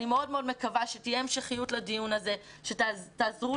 אני מאוד מאוד מקווה שתהיה המשכיות לדיון הזה ושגם תעזרו